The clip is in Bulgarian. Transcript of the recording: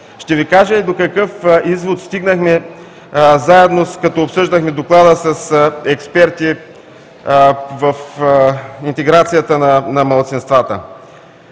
Ще Ви кажа и до какъв извод стигнахме заедно, като обсъждахме Доклада с експерти в интеграцията на малцинствата.